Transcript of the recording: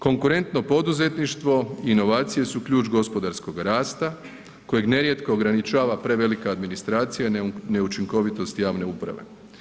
Konkurentno poduzetništvo i inovacije su ključ gospodarskog rasta kojeg nerijetko ograničava prevelika administracija i neučinkovitost javne uprave.